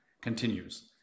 continues